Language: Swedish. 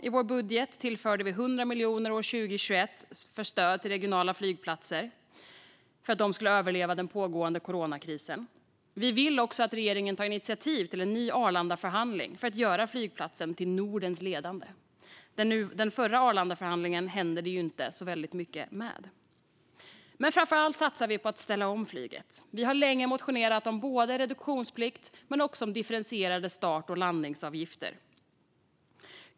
I vår budget för 2021 tillförde vi 100 miljoner för stöd till regionala flygplatser så att de ska överleva den pågående coronakrisen. Vi vill också att regeringen tar initiativ till en ny Arlandaförhandling för att göra flygplatsen till Nordens ledande. Den förra Arlandaförhandlingen hände det ju inte mycket med. Men framför allt satsar vi på att ställa om flyget. Vi har länge motionerat om både reduktionsplikt och differentierade start och landningsavgifter.